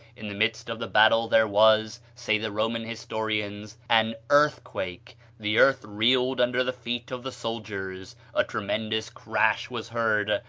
in the midst of the battle there was, say the roman historians, an earthquake the earth reeled under the feet of the soldiers, a tremendous crash was heard,